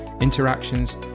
interactions